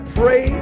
pray